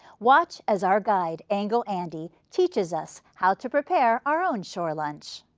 watch as our guide, angle andy, teaches us how to prepare our own shore lunch.